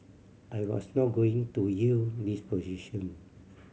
I was not going to yield this position